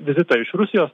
vizitą iš rusijos